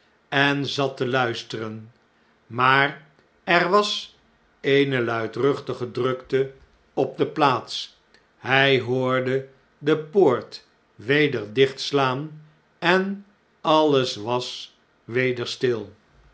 en zatte luisteren maar er was eene luidruchtige drukte op de plaats hij hoorde de poort weder dichtslaan en alles was weder stil